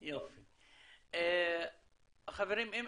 חברים, אני